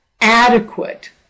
adequate